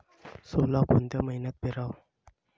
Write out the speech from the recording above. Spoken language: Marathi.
सोला कोन्या मइन्यात पेराव?